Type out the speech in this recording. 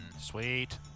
Sweet